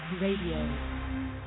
Radio